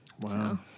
Wow